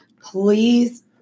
please